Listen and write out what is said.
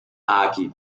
hockey